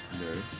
No